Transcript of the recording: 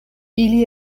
ili